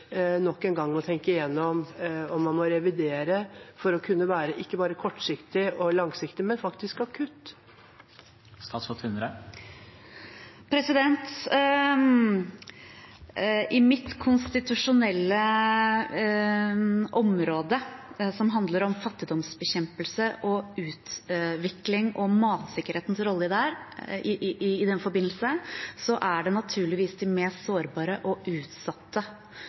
nok en gang må tenke igjennom om man må revidere for å kunne være ikke bare kortsiktig og langsiktig, men faktisk ta en akutt situasjon? På mitt konstitusjonelle område, som handler om fattigdomsbekjempelse, utvikling og matsikkerhetens rolle i den forbindelse, er det naturligvis de mest sårbare og utsatte